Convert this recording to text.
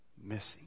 missing